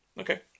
Okay